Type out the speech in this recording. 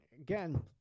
again